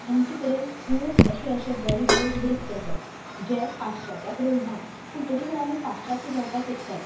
आमचे कडेन खूब अशें अशें बरें बरें नृत्य आसात जे पाश्चात्या कडेन ना पूण तरी पूण आमी पाश्चात्य जावपा सोदतात